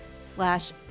slash